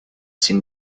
sin